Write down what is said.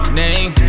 name